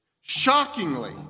Shockingly